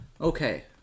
Okay